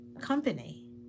company